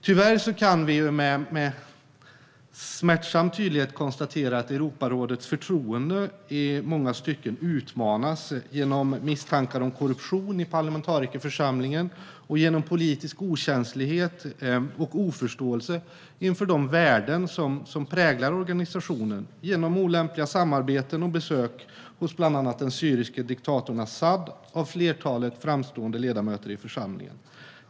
Tyvärr kan vi med smärtsam tydlighet konstatera att förtroendet för Europarådet i många stycken utmanas genom misstankar om korruption i parlamentarikerförsamlingen, genom politisk okänslighet och oförståelse inför de värden som präglar organisationen och genom olämpliga samarbeten och besök hos bland annat den syriske diktatorn Asad av ett flertal framstående ledamöter i församlingen.